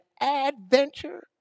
adventure